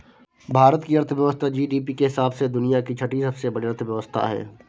भारत की अर्थव्यवस्था जी.डी.पी के हिसाब से दुनिया की छठी सबसे बड़ी अर्थव्यवस्था है